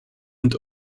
und